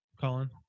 Colin